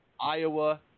Iowa